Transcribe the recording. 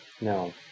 no